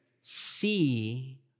see